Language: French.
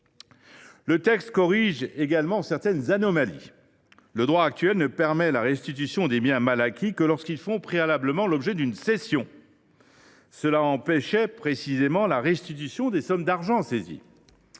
Le texte corrige également certaines anomalies. Le droit actuel ne permet la restitution des biens mal acquis que lorsqu’ils font préalablement l’objet d’une cession. Cela empêchait précisément la restitution de sommes d’argent saisies.